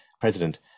president